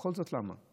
וכל זאת למה?